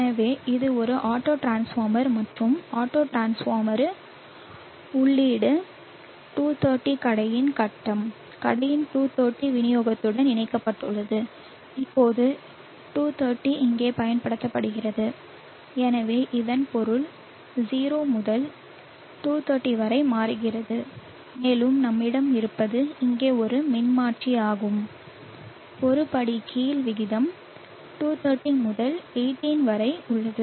எனவே இது ஒரு ஆட்டோட்ரான்ஸ்ஃபார்மர் மற்றும் ஆட்டோட்ரான்ஸ்ஃபார்மர் உள்ளீடு 230 கடையின் கட்டம் கடையின் 230 விநியோகத்துடன் இணைக்கப்பட்டுள்ளது இப்போது 230 இங்கே பயன்படுத்தப்படுகிறது எனவே இதன் பொருள் 0 முதல் 230 வரை மாறுகிறது மேலும் நம்மிடம் இருப்பது இங்கே ஒரு மின்மாற்றி ஆகும் ஒரு படி கீழ் விகிதம் 230 முதல் 18 வரை உள்ளது